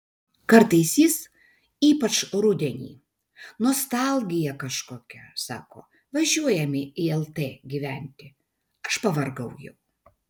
kartais jis ypač rudenį nostalgija kažkokia sako važiuojame į lt gyventi aš pavargau jau